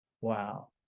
wow